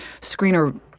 screener